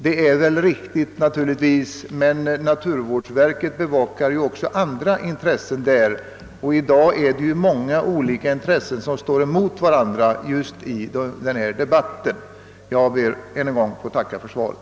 Det är naturligtvis riktigt, men naturvårdsverket bevakar också andra intressen, och i dag står många olika intressen mot varandra just i denna debatt. Herr talman! Jag ber än en gång att få tacka för svaret.